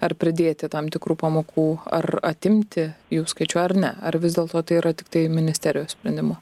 ar pridėti tam tikrų pamokų ar atimti jų skaičių ar ne ar vis dėlto tai yra tiktai ministerijos sprendimo